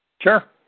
Sure